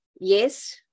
yes